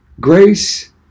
Grace